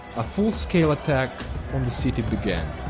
a full scale attack on the city began.